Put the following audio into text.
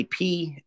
IP